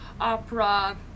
opera